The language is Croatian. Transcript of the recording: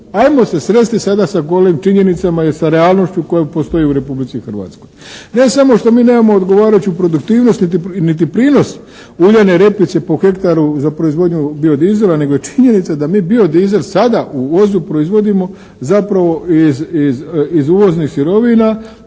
ajmo se sresti sada sa golim činjenicama i sa realnošću koja postoji u Republici Hrvatskoj. Ne samo što mi nemamo odgovarajuću produktivnost niti prinos uljane repice po hektaru za proizvodnju biodizela nego je činjenica da mi biodizel sada u Ozlju proizvodimo zapravo iz uvoznih sirovina,